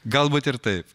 galbūt ir taip